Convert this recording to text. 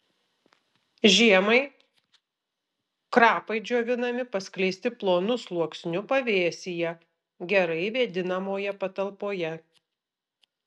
žiemai krapai džiovinami paskleisti plonu sluoksniu pavėsyje gerai vėdinamoje patalpoje